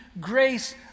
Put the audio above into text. grace